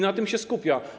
Na tym się skupia.